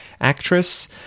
actress